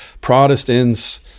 Protestants